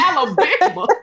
Alabama